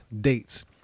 dates